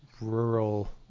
rural